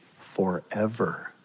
forever